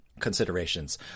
considerations